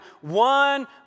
one